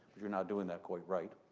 you're not doing that quite right.